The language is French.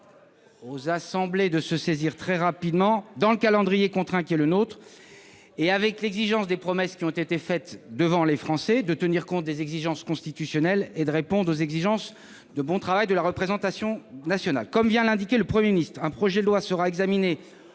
aux assemblées de se saisir très rapidement, dans le calendrier contraint qui est le nôtre, d'un texte reprenant les promesses qui ont été faites devant les Français, tout en tenant compte des exigences constitutionnelles et des conditions de travail de la représentation nationale. Comme vient de l'indiquer le Premier ministre, un projet de loi sera examiné